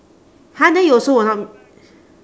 !huh! then you also will not